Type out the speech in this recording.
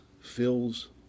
fills